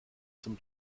zum